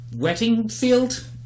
Wettingfield